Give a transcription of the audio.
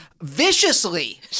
viciously